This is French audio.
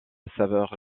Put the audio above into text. saveur